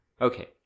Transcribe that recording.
Okay